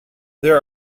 there